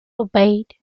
obeyed